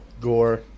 Gore